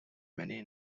many